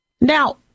Now